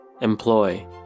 Employ